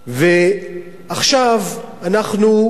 ועכשיו אנחנו,